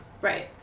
Right